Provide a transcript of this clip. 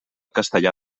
castellà